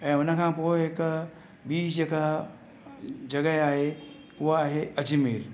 ऐं हुन खां पोइ हिकु ॿी जेका जॻहि आहे उहा आहे अजमेर